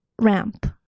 Ramp